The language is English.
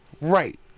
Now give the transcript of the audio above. right